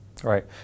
Right